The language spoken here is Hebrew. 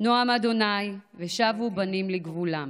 נאם ה' ושבו בנים לגבולם".